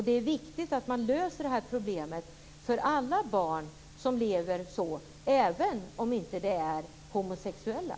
Det är viktigt att man löser problemet för alla barn som lever så, även om det inte är fråga om homosexuella.